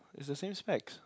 it's the same specs